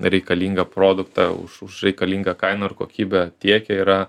reikalingą produktą už už reikalingą kainą ir kokybę tiekia yra